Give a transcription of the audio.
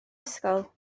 ysgol